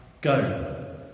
Go